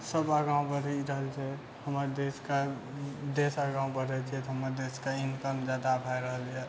सब आगाँ बढ़ि रहल छै हमर देशके देश आगाँ बढ़ि रहल छै हमर देशके इनकम ज्यादा भऽ रहल अइ